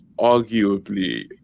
arguably